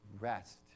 rest